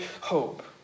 hope